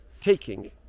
taking